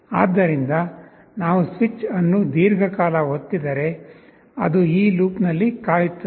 ಆದ್ದರಿಂದ ನಾವು ಸ್ವಿಚ್ ಅನ್ನು ದೀರ್ಘಕಾಲ ಒತ್ತಿದರೆ ಅದು ಈ ಲೂಪ್ನಲ್ಲಿ ಕಾಯುತ್ತದೆ